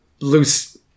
loose